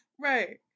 Right